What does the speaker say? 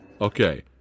Okay